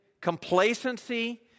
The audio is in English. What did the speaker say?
Complacency